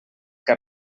que